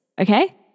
Okay